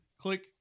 click